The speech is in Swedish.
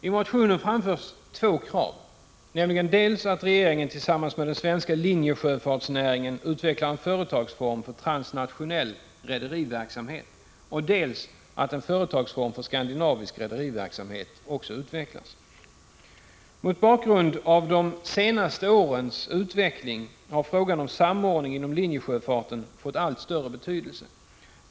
I motionen framförs två krav, nämligen dels att regeringen, tillsammans med den svenska linjesjöfartsnä 49 att en företagsform för skandinavisk rederiverksamhet utvecklas. Mot bakgrund av de senaste årens utveckling har frågan om samordning inom linjesjöfarten fått allt större betydelse.